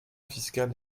fiscal